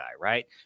right